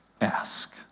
Ask